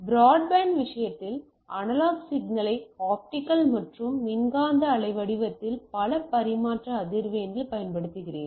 broadband விஷயத்தில் analogue சிக்னலை optical மற்றும் மின்காந்த அலை வடிவத்தில் பல பரிமாற்ற அதிர்வெண்ணில் பயன்படுத்துகிறது